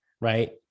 right